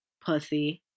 Pussy